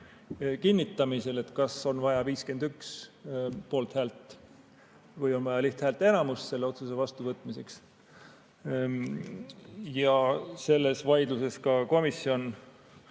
kinnitamisel: kas on vaja 51 poolthäält või on vaja lihthäälteenamust selle otsuse vastuvõtmiseks. Ja selles vaidluses ka komisjon